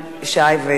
נעבור